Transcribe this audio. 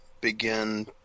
begin